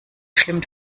schlimmen